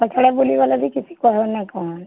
ବୁଲିଗଲେ ବି ନାଇ କହନ୍